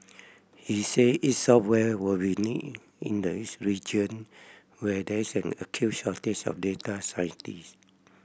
he said its software will be needed in this region where there is an acute shortage of data scientist